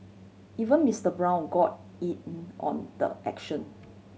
even Mister Brown got on the action